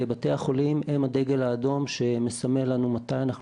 ובתי החולים הם הדגל האדום שמסמן לנו מתי אנחנו